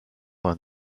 vingt